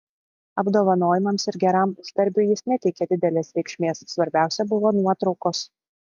apdovanojimams ir geram uždarbiui jis neteikė didelės reikšmės svarbiausia buvo nuotraukos